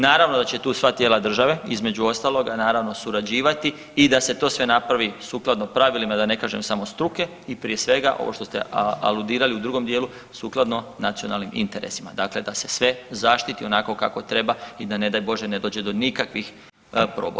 Naravno da će tu sva tijela države između ostaloga naravno surađivati i da se to sve napravi sukladno pravilima da ne kažem samo struke i prije svega ovo što ste aludirali u drugom dijelu sukladno nacionalnim interesima, dakle da se sve zaštiti onako kako treba i da ne daj Bože ne dođe do nikakvih proboja.